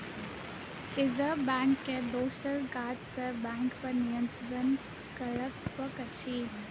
reserve बैंकक दोसर काज सब बैंकपर नियंत्रण करब अछि